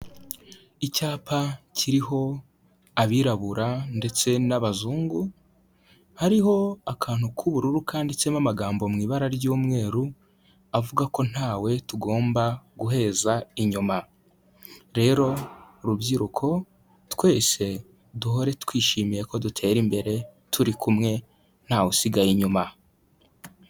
Icyapa kiriho abirabura ndetse n'abazungu, hariho akantu k'ubururu kanditsemo amagambo mu ibara ry'umweru avuga ko ntawe tugomba guheza inyuma. Rero rubyiruko twese duhore twishimiye ko dutera imbere turi kumwe ntawu usigaye inyuma.